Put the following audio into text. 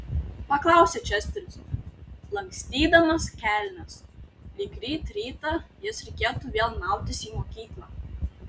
paklausė česteris lankstydamas kelnes lyg ryt rytą jas reikėtų vėl mautis į mokyklą